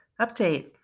Update